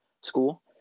school